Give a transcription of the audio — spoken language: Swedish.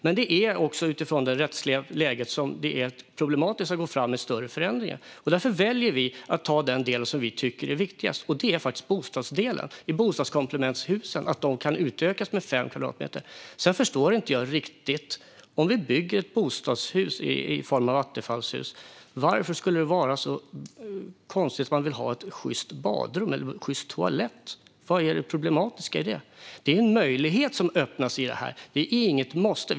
Men det är utifrån det rättsliga läget som det är problematiskt att gå fram med större förändringar. Därför väljer vi att ta den del som vi tycker är viktigast, och det är bostadsdelen. Komplementbostadshusen kan utökas med fem kvadratmeter. Sedan förstår jag inte riktigt. Om vi bygger ett bostadshus i form av ett attefallshus, varför skulle det vara så konstigt att man vill ha ett sjyst badrum eller en sjyst toalett? Vad är det problematiska i det? Det är en möjlighet som öppnas och inte ett måste.